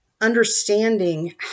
understanding